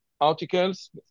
articles